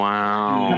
Wow